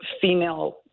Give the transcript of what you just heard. female